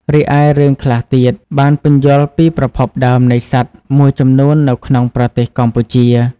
រីឯ រឿងខ្លះទៀតបានពន្យល់ពីប្រភពដើមនៃសត្វមួយចំនួននៅក្នុងប្រទេសកម្ពុជា។